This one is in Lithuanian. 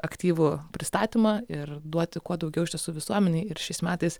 aktyvų pristatymą ir duoti kuo daugiau iš tiesų visuomenei ir šiais metais